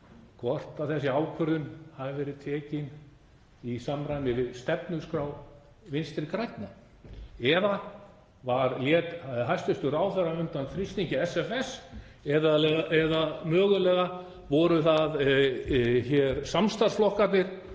hvort þessi ákvörðun hafi verið tekin í samræmi við stefnuskrá Vinstri grænna, eða lét hæstv. ráðherra undan þrýstingi SFS, eða mögulega voru það samstarfsflokkarnir,